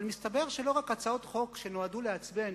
אבל מסתבר שלא רק הצעות חוק שנועדו לעצבן